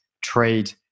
trade